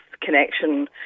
connection